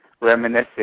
reminiscing